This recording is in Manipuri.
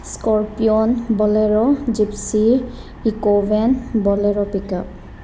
ꯏꯁꯀꯣꯔꯄꯤꯌꯣꯟ ꯕꯣꯂꯦꯔꯣ ꯖꯤꯞꯁꯤ ꯏꯀꯣꯚꯦꯟ ꯕꯣꯂꯦꯔꯣ ꯄꯤꯛꯑꯞ